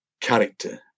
character